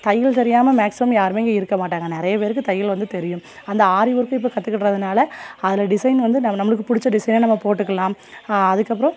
தையல் தெரியாமல் மேக்ஸிமம் யாருமே இங்கே இருக்க மாட்டாங்க நிறைய பேருக்கு தையல் வந்து தெரியும் அந்த ஆரி ஒர்க்கும் இப்போ கத்துக்கிட்டதனால அதில் டிசைன் வந்து நம்ம நம்மளுக்கு பிடிச்ச டிசைனை நம்ம போட்டுக்கலாம் அதுக்கப்புறோம்